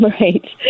Right